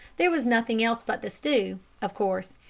there was nothing else but the stew, of course,